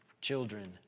children